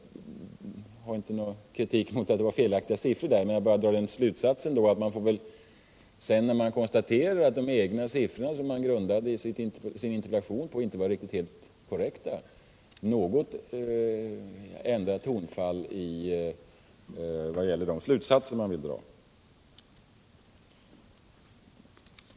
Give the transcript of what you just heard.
Jag har ingen kritik mot att han angav felaktiga siffror. Men när herr Fredagen den Alsén konstaterar att de siffror som interpellationen grundar sig på inte är helt 3 februari 1978 korrekta, så får väl herr Alsén ändra sin slutsats och sitt tonfall något.